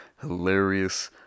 hilarious